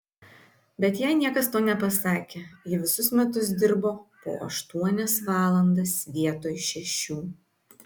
bet jai niekas to nepasakė ji visus metus dirbo po aštuonias valandas vietoj šešių